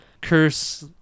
curse